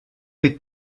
les